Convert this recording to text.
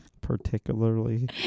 Particularly